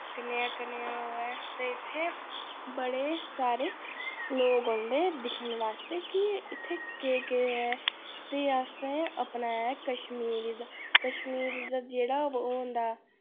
कनेहा कनेहा ओ ऐ ते इत्थै बड़े सारे लोक औंदे दिक्खन आस्तै कि इत्थै केह् केह् ऐ ते असें अपनाया कश्मीरी दा कश्मीरी दा जेह्ड़ा ओह् होंदा